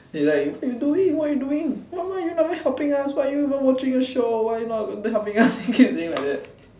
he like what you doing what you doing why you never helping us why you even watching a show why you not helping us he keep saying like that